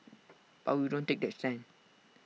but we don't take that stand